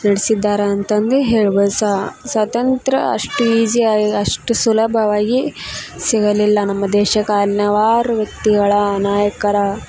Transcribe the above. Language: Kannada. ನಡೆಸಿದ್ದಾರೆ ಅಂತಂದು ಹೇಳ್ಬೋದು ಸ್ವಾತಂತ್ರ್ಯ ಅಷ್ಟು ಈಝಿಯಾಗಿ ಅಷ್ಟು ಸುಲಭವಾಗಿ ಸಿಗಲಿಲ್ಲ ನಮ್ಮ ದೇಶಕ್ಕೆ ಹಲವಾರು ವ್ಯಕ್ತಿಗಳ ನಾಯಕರ